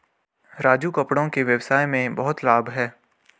राजू कपड़ों के व्यवसाय में बहुत लाभ है